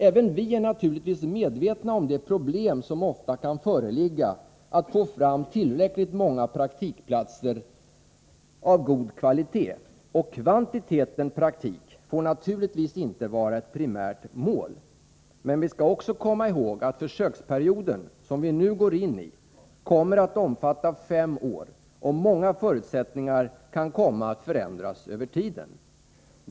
Även vi är naturligtvis medvetna om de problem som ofta kan föreligga att få fram tillräckligt många praktikplatser av god kvalitet, och kvantiteten praktik får naturligtvis inte vara ett primärt mål. Men vi skall också komma i håg att försöksperioden — som vi nu går in i — kommer att omfatta fem år och många förutsättningar kan komma att förändras över tiden.